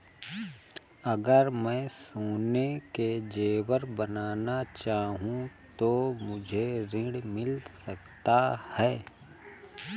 अगर मैं सोने के ज़ेवर बनाना चाहूं तो मुझे ऋण मिल सकता है?